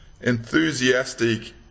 enthusiastic